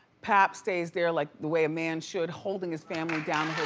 pap stays there like the way a man should, holding his family down.